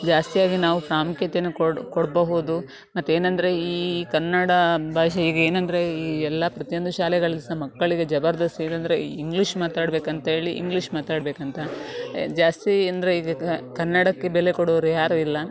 ಜಾಸ್ತಿ ಆಗಿ ನಾವು ಪ್ರಾಮುಖ್ಯತೆನಾ ಕೊಡಬಹುದು ಮತ್ತೇನಂದರೆ ಈ ಕನ್ನಡ ಭಾಷೆ ಈಗ ಏನಂದರೆ ಈ ಎಲ್ಲ ಪ್ರತಿಯೊಂದು ಶಾಲೆಗಳು ಸಹ ಮಕ್ಕಳಿಗೆ ಜಬರ್ದಸ್ತ್ ಏನಂದರೆ ಇಂಗ್ಲಿಷ್ ಮಾತಾಡಬೇಕಂತ್ಹೇಳಿ ಇಂಗ್ಲಿಷ್ ಮಾತಾಡಬೇಕಂತ ಜಾಸ್ತಿ ಅಂದರೆ ಇದಕ್ಕೆ ಕನ್ನಡಕ್ಕೆ ಬೆಲೆ ಕೊಡೋರು ಯಾರೂ ಇಲ್ಲ